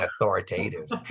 authoritative